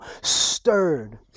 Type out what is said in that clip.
stirred